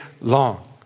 long